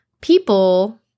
people